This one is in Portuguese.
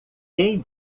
quem